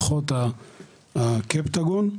פחות הקפטגון.